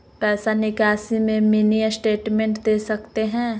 पैसा निकासी में मिनी स्टेटमेंट दे सकते हैं?